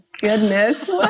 goodness